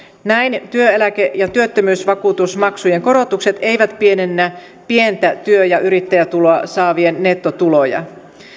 näin työeläke ja työttömyysvakuutusmaksujen korotukset eivät pienennä pientä työ ja yrittäjätuloa saavien nettotuloja